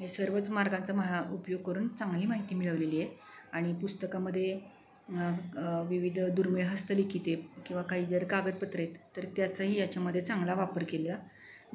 हे सर्वच मार्गांचा महा उपयोग करून चांगली माहिती मिळवलेली आहे आणि पुस्तकामध्ये विविध दुर्मिळ हस्तलिखिते किंवा काही जर कागदपत्रे तर त्याचाही याच्यामध्ये चांगला वापर केलेला